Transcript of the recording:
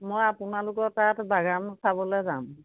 মই আপোনালোকৰ তাত বাগান চাবলৈ যাম